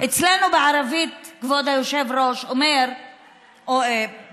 אצלנו בערבית, כבוד היושב-ראש אומרים פתגם,